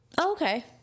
Okay